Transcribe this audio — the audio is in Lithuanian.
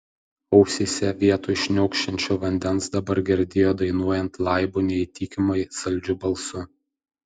ausyse vietoj šniokščiančio vandens dabar girdėjo dainuojant laibu neįtikimai saldžiu balsu